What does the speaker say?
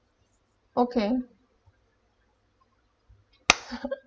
okay